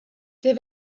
der